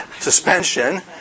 suspension